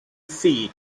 see